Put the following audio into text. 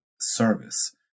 service